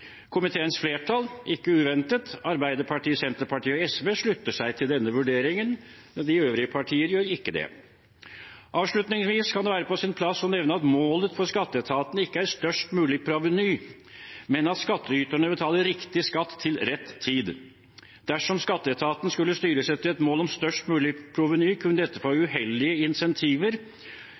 Komiteens flertall, Arbeiderpartiet, Senterpartiet og SV, slutter seg – ikke uventet – til denne vurderingen. De øvrige partier gjør ikke det. Avslutningsvis kan det være på sin plass å nevne at målet for skatteetaten ikke er størst mulig proveny, men at skattyterne betaler riktig skatt til rett tid. Dersom skatteetaten skulle styres etter et mål om størst mulig proveny, kunne dette gi uheldige